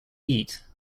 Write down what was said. eat